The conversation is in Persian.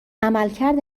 عملکرد